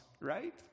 right